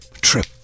Trip